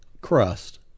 crust